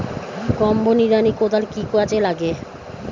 Combo নিড়ানি কোদাল কি কাজে লাগে?